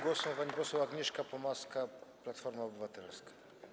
Głos ma pani poseł Agnieszka Pomaska, Platforma Obywatelska.